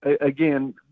again